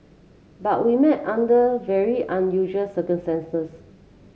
but we met under very unusual circumstances